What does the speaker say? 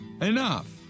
Enough